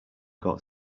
got